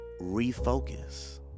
refocus